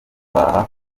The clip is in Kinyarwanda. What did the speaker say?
guhaha